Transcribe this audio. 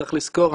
צריך לזכור,